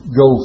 go